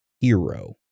Hero